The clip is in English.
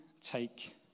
take